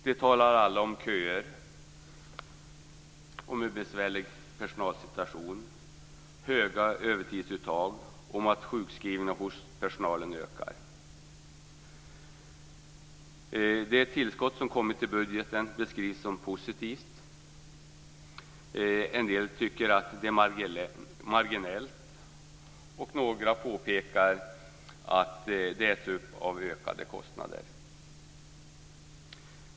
Alla talar om köer, om en besvärlig personalsituation, höga övertidsuttag och om att sjukskrivningarna hos personalen ökar. Det tillskott som kommit i budgeten beskrivs som positivt. En del tycker att det är marginellt, och några påpekar att det äts upp av ökade kostnader.